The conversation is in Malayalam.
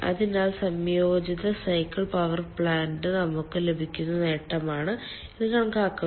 അതിനാൽ സംയോജിത സൈക്കിൾ പവർ പ്ലാന്റ് നമുക്ക് ലഭിക്കുന്ന നേട്ടമാണ് ഇത് കാണിക്കുന്നത്